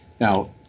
Now